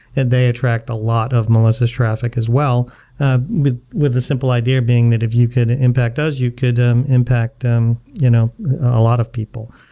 and they attract a lot of malicious traffic as well ah with with a simple idea being that if you could impact those you could um impact um you know a lot of people.